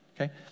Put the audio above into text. okay